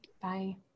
Bye